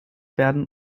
werden